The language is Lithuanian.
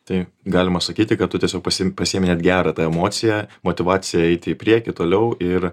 tai galima sakyti kad tu tiesiog pasim pasiimi net gerą tą emociją motyvaciją eiti į priekį toliau ir